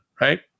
right